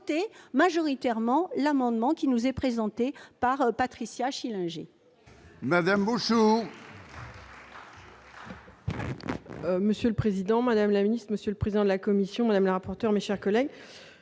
majoritairement l'amendement qui nous est présenté par Patricia Schillinger.